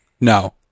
No